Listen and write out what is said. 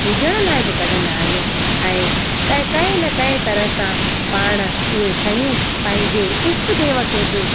पूॼण लाइ बि कढदां आहियूं ऐं कंहिं न कंहिं तरह सां पाण उहे शयूं पंहिंजे ईष्ट देव खे बि